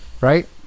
Right